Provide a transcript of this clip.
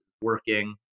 working